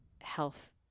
health